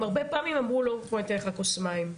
הם הרבה פעמים הציעו לתת לו כוס מים,